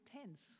tense